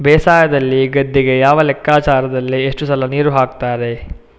ಬೇಸಾಯದಲ್ಲಿ ಗದ್ದೆಗೆ ಯಾವ ಲೆಕ್ಕಾಚಾರದಲ್ಲಿ ಎಷ್ಟು ಸಲ ನೀರು ಹಾಕ್ತರೆ?